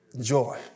Joy